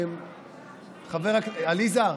עליזה,